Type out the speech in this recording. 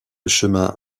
chemin